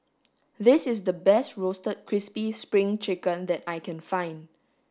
this is the best roasted crispy spring chicken that I can find